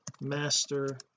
master